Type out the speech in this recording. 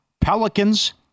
Pelicans